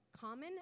common